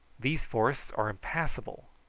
these forests are impassable.